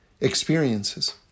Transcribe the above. experiences